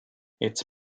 its